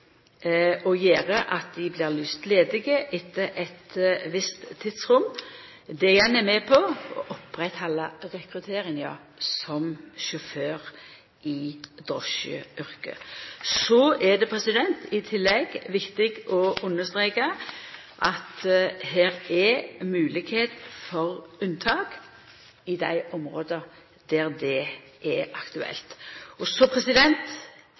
at dei blir lyste ledige etter eit visst tidsrom. Det er igjen med på å oppretthalda rekrutteringa av sjåførar i drosjeyrket. Så er det i tillegg viktig å understreka at her er moglegheit for unnatak i dei områda der det er aktuelt. Så